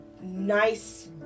nice